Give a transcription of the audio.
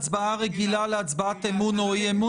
הצבעה רגילה להצבעת אמון או אי-אמון.